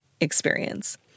experience